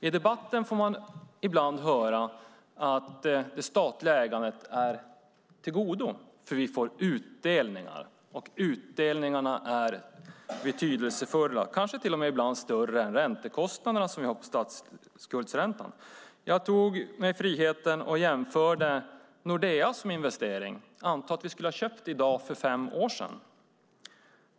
I debatten får man ibland höra att det statliga ägandet är av godo, eftersom vi får utdelningar, och utdelningarna är betydelsefulla, ibland kanske till och med större än kostnaderna för statsskuldsräntan. Jag tog mig friheten att jämföra Nordea som investering. Anta att vi hade köpte det i dag för fem år sedan!